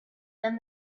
then